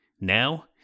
Now